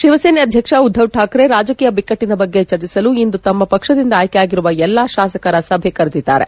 ಶಿವಸೇನೆಯ ಅಧ್ಯಕ್ಷ ಉದ್ಧವ್ ಕಾಕ್ರೆ ರಾಜಕೀಯ ಬಿಕ್ಕಟ್ಟನ ಬಗ್ಗೆ ಚರ್ಚಿಸಲು ಇಂದು ತಮ್ಮ ಪಕ್ಷದಿಂದ ಆಯ್ಕೆಯಾಗಿರುವ ಎಲ್ಲ ಶಾಸಕರ ಸಭೆ ಕರೆದಿದ್ದಾರೆ